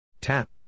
Tap